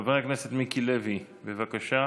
חבר הכנסת מיקי לוי, בבקשה.